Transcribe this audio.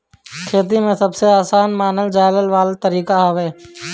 खेती में सबसे आसान मानल जाए वाला तरीका हवे